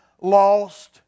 lost